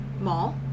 Mall